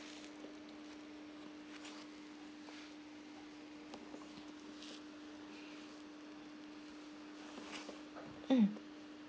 mm